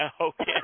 Okay